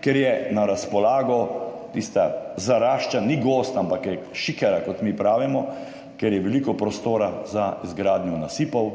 ker je na razpolago tista zarašča, ni gozd, ampak je šikara, kot mi pravimo, kjer je veliko prostora za izgradnjo nasipov.